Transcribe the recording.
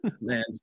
Man